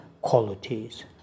qualities